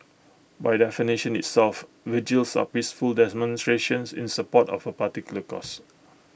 by definition itself vigils are peaceful demonstrations in support of A particular cause